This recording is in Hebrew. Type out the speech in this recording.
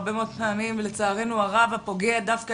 הרבה מאוד פעמים לצערנו הרב הפוגע דווקא